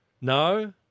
No